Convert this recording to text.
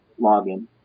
login